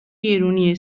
گرونی